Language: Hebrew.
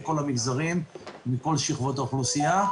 בכל המגזרים ומכל שכבות האוכלוסייה.